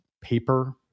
paper